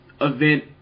event